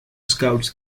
scouts